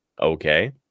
Okay